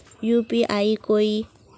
UPI कोई